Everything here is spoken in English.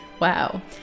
Wow